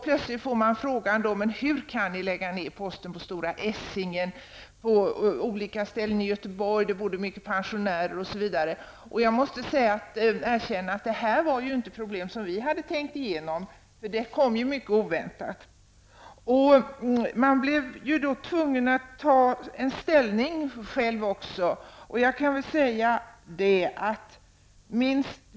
Frågor ställdes som: Hur kan man lägga ned posten på Stora Essingen eller på olika ställen i Göteborg? Där finns ju många pensionärer. Detta var inte problem som vi i utredningen hade tänkt igenom. Allt detta kom mycket oväntat. Vi blev då tvungna att själva ta ställning i frågan.